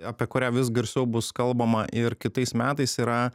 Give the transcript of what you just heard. apie kurią vis garsiau bus kalbama ir kitais metais yra